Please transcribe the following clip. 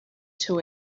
two